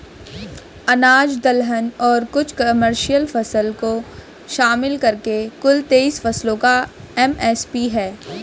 अनाज दलहन और कुछ कमर्शियल फसल को शामिल करके कुल तेईस फसलों का एम.एस.पी है